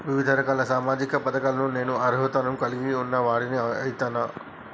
వివిధ రకాల సామాజిక పథకాలకు నేను అర్హత ను కలిగిన వాడిని అయితనా?